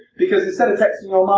because instead of texting your